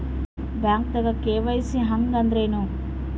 ಬ್ಯಾಂಕ್ದಾಗ ಕೆ.ವೈ.ಸಿ ಹಂಗ್ ಅಂದ್ರೆ ಏನ್ರೀ?